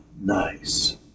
nice